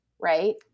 right